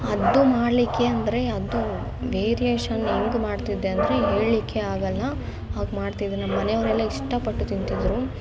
ಅದು ಮಾಡಲಿಕ್ಕೆ ಅಂದರೆ ಅದು ವೇರಿಯೇಷನ್ ಹೇಗ್ಮಾಡ್ತಿದೆ ಅಂದರೆ ಹೇಳ್ಳಿಕ್ಕೆ ಆಗಲ್ಲ ಹಾಗೆ ಮಾಡ್ತಿದ್ದೆ ನಮ್ಮ ಮನೆಯವರೆಲ್ಲ ಇಷ್ಟಪಟ್ಟು ತಿಂತಿದ್ದರು